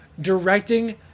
directing